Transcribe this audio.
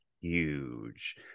huge